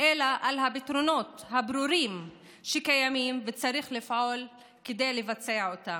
אלא על הפתרונות הברורים שקיימים וצריך לפעול כדי לבצע אותם.